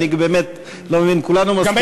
אני לא יודע באיזה תפקיד תכהן בקדנציה הבאה עלינו לטובה,